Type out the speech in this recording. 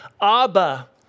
Abba